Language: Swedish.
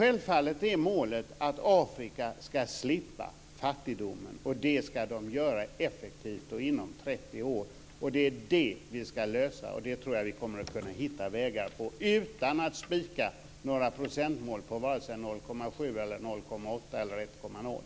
Målet är självfallet att Afrika ska slippa fattigdomen, och det ska de göra effektivt och inom 30 år. Det är det vi ska lösa. Jag tror att vi kommer att kunna hitta vägar för det utan att spika några procentmål på 0,7, 0,8 eller 1,0.